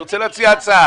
אני רוצה להציע הצעה.